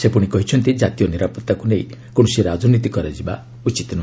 ସେ କହିଛନ୍ତି ଜାତୀୟ ନିରାପତ୍ତାକୁ ନେଇ କୌଣସି ରାଜନୀତି କରାଯିବା ଉଚିତ୍ ନୁହେଁ